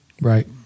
Right